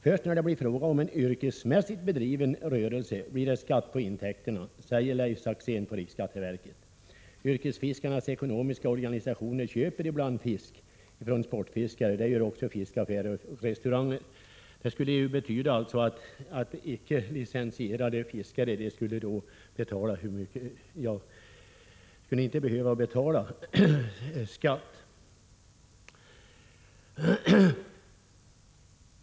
Först när det blir fråga om en yrkesmässigt bedriven rörelse blir det skatt på intäkterna, säger Leif Saxén på riksskatteverket. Yrkesfiskarnas ekonomiska organisationer köper ibland fisk från sportfiskare. Det gör också fiskaffärer och restauranger.” Det betyder alltså att icke licensierade fiskare inte skulle behöva betala skatt.